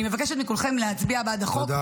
אני מבקשת מכולכם להצביע בעד החוק.